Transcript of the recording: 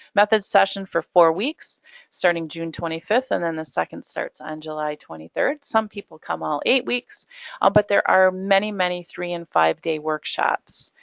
methods session, for four weeks starting june twenty fifth and then the second starts on july twenty third. some people come all eight weeks um but there are many many three and five-day workshops.